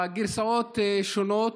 הגרסאות שונות: